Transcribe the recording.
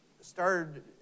started